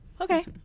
okay